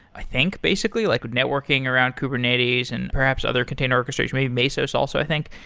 i think, basically, like networking around kubernetes and perhaps other container orchestration. maybe, mesos also, i think,